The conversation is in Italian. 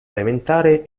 elementare